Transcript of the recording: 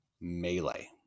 melee